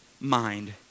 mind